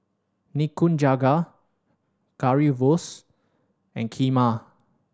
Nikujaga Currywurst and Kheema